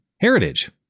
heritage